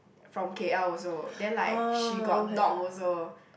from K_L also then like she got dog also